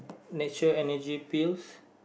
nature Energy Pills